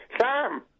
Sam